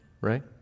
Right